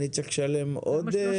אני צריך לשלם עוד?